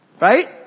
Right